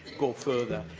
go further.